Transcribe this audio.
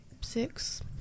six